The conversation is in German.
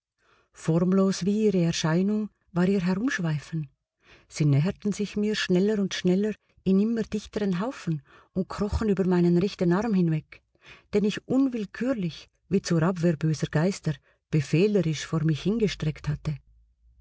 formlos wie ihre erscheinung war ihr herumschweifen sie näherten sich mir schneller und schneller in immer dichteren haufen und krochen über meinen rechten arm hinweg den ich unwillkürlich wie zur abwehr böser geister befehlerisch vor mich hingestreckt hatte